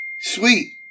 Sweet